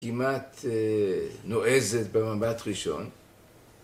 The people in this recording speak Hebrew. ‫כמעט נועזת במבט ראשון.